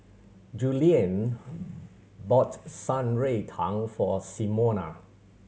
Julianne bought Shan Rui Tang for Simona